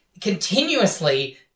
continuously